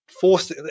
forced